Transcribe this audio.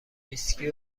ویسکی